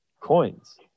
coins